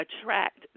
attract